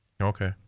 Okay